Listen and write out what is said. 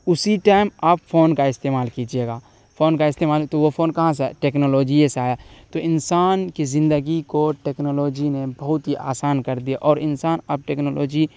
اسی ٹائم آپ فون کا استعمال کیجیے گا فون کا استعمال تو وہ فون کہاں سے آئے ٹیکنالوجیے سے آیا تو انسان کی زندگی کو ٹیکنالوجی نے بہت ہی آسان کر دیا اور انسان اب ٹیکنالوجی